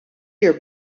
your